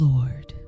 Lord